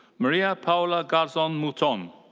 maria paula garzon mouthon.